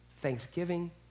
thanksgiving